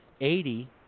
Eighty